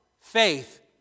Faith